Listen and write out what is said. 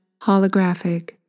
holographic